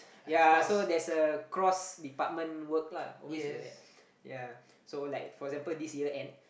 ya so there's a cross department work lah always like that ya so like for example this year end